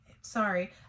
sorry